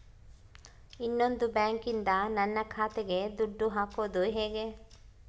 ಇನ್ನೊಂದು ಬ್ಯಾಂಕಿನಿಂದ ನನ್ನ ಖಾತೆಗೆ ದುಡ್ಡು ಹಾಕೋದು ಹೇಗೆ?